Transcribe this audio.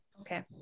okay